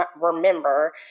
remember